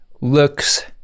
looks